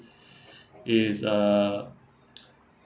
it's uh